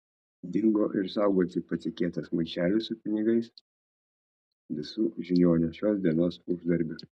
dingo ir saugoti patikėtas maišelis su pinigais visu žiniuonio šios dienos uždarbiu